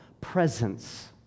presence